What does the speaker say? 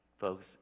folks